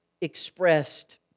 expressed